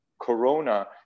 corona